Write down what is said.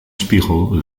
spiegel